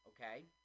Okay